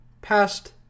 past